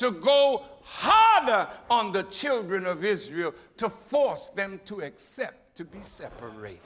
high on the children of israel to force them to accept to be separate